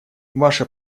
ваше